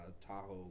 Tahoe